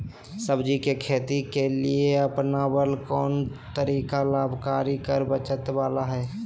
सब्जी के खेती के लिए अपनाबल कोन तरीका लाभकारी कर बचत बाला है?